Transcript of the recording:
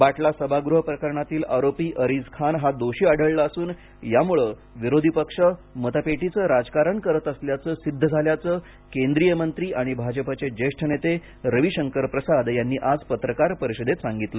बाटला सभागृह प्रकरणातील आरोपी अरिझ खान हा दोषी आढळला असून यामुळे विरोधी पक्ष मतपेटीचं राजकारण करत असल्याचं सिद्ध झाल्याचं केंद्रीय मंत्री आणि भाजपचे ज्येष्ठ नेते रविशंकर प्रसाद यांनी आज पत्रकार परिषदेत सांगितलं